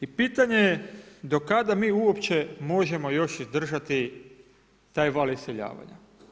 I pitanje je do kada mi uopće možemo još izdržati taj val iseljavanja.